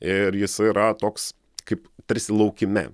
ir jisai yra toks kaip tarsi laukime